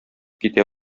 китә